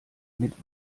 mit